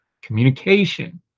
communication